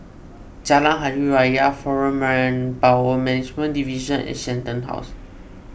Jalan Hari Raya foreign Manpower Management Division and Shenton House